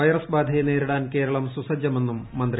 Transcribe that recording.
virus ബാധയെ നേരിടാൻ കേരളം സുസജ്ജമെന്നും മന്ത്രി